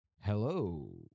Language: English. Hello